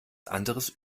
anderes